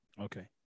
Okay